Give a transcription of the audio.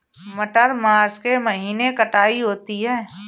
मटर मार्च के महीने कटाई होती है?